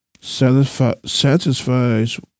satisfies